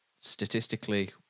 Statistically